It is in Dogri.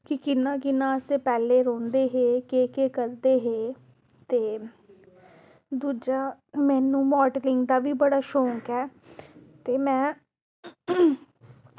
कि कि'यां कि'यां अस पैह्लें रौंह्दे हे केह् केह् करदे हे ते दूजा मैनूं माडलिंग दा बी बड़ा शौंक ऐ ते में